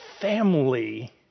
family